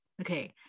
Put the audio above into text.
okay